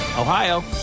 Ohio